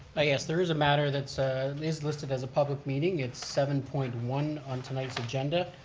yes, there is a matter that so is listed as a public meeting. it's seven point one on tonight's agenda,